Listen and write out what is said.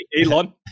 Elon